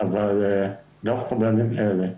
אבל דווקא בימים כאלה,